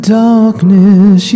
darkness